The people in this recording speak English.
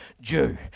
Jew